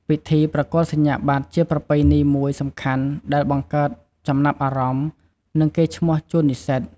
ពិធីប្រគល់សញ្ញាបត្រជាប្រពៃណីមួយសំខាន់ដែលបង្កើតចំណាប់អារម្មណ៍ និងកេរ្តិ៍ឈ្មោះជូននិសិ្សត។